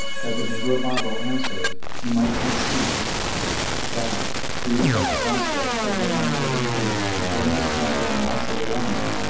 that the negro babo answered he might conceive that, grieved at the prospect of what might overtake the generous captain amasa delano,